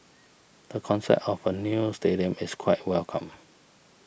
the concept of a new stadium is quite welcome